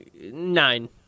Nine